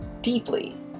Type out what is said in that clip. deeply